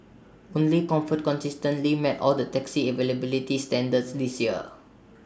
only comfort consistently met all the taxi availability standards this year